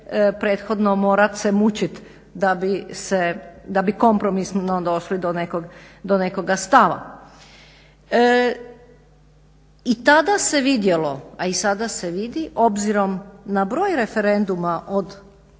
prethodno morat se mučit da bi kompromisno došli do nekog stava. I tada se vidjelo, a i sad se vidi obzirom na broj referenduma od